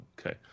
okay